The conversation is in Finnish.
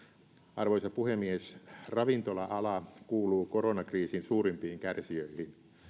arvoisa puhemies ravintola ala kuuluu koronakriisin suurimpiin kärsijöihin